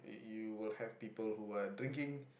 you will have people who are drinking